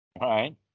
right